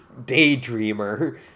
daydreamer